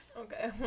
Okay